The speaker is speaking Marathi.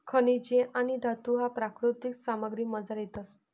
खनिजे आणि धातू ह्या प्राकृतिक सामग्रीमझार येतस